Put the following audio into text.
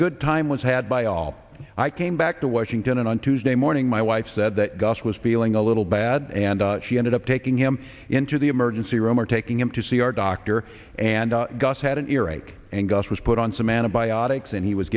good time was had by all i came back to washington and on tuesday morning my wife said that gus was feeling a little bad and she ended up taking him into the emergency room or taking him to see our doctor and gus had an earache and gus was put on some antibiotics and he was